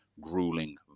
grueling